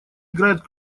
играют